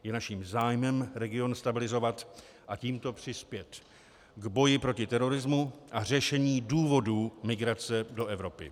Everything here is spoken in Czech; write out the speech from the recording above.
Je naším zájmem region stabilizovat a tímto přispět k boji proti terorismu a řešení důvodů migrace do Evropy.